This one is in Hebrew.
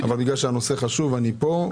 אבל בגלל שהנושא חשוב, אני פה.